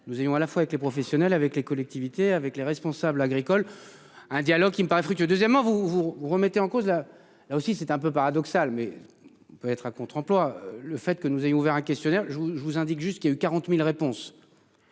nous ayons à la fois avec les professionnels, avec les collectivités avec les responsables agricoles. Un dialogue qui me paraît fructueux. Deuxièmement, vous vous remettez en cause la là aussi c'est un peu paradoxal mais. On peut être à contre-emploi. Le fait que nous ayons ouvert un questionnaire je vous je vous indique juste qu'il y a eu 40.000 réponses.